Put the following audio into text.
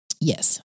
Yes